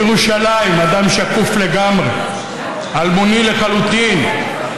אדם שקוף לגמרי, אלמוני לחלוטין,